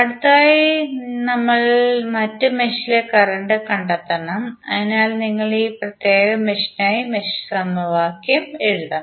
അടുത്തതായി ഞങ്ങൾ മറ്റ് മെഷിലെ കറന്റ് കണ്ടെത്തണം അതിനാൽ നിങ്ങൾ ഈ പ്രത്യേക മെഷിനായി മെഷ് സമവാക്യം എഴുതണം